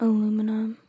Aluminum